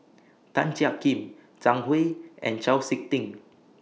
Tan Jiak Kim Zhang Hui and Chau Sik Ting